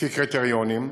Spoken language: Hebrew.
לפי קריטריונים,